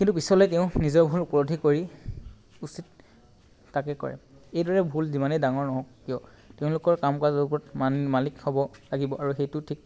কিন্তু পিছলৈ তেওঁ নিজৰ ভুল উপলব্ধি কৰি উচিত তাকে কৰে এইদৰে ভুল যিমানেই ডাঙৰ নহওক কিয় তেওঁলোকৰ কাম কাজৰ ওপৰত মান্ মালিক হ'ব লাগিব আৰু সেইটো ঠিক